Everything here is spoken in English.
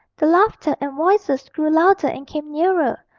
the laughter and voices grew louder and came nearer,